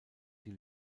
die